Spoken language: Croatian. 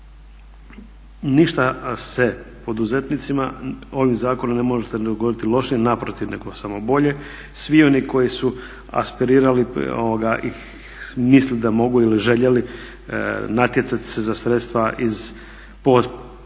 ništa se poduzetnicima ovim zakonom ne možete im se dogoditi lošim, naprotiv nego samo bolje. Svi oni koji su aspirirali i misle da mogu ili žele natjecati se za sredstva iz po starom